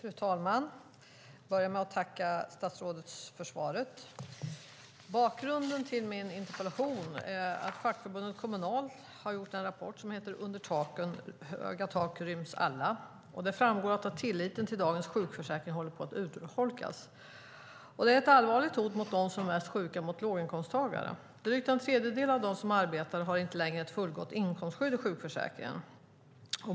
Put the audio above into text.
Fru talman! Jag vill börja med att tacka statsrådet för svaret. Bakgrunden till min interpellation är att fackförbundet Kommunal har skrivit en rapport som heter Under höga tak ryms alla , där det framgår att tilliten till dagens sjukförsäkring håller på att urholkas. Det är ett allvarligt hot mot dem som är mest sjuka och mot låginkomsttagarna. Drygt en tredjedel av dem som arbetar har inte längre ett fullgott inkomstskydd i sjukförsäkringen.